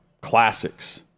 classics